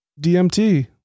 DMT